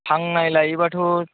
हांनाय लायोबाथ'